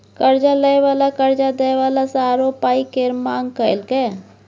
कर्जा लय बला कर्जा दय बला सँ आरो पाइ केर मांग केलकै